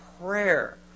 Prayer